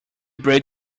braid